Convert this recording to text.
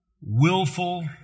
willful